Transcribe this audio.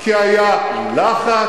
כי היה לחץ,